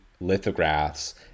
lithographs